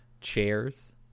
Chairs